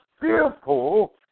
fearful